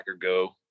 go